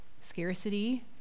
scarcity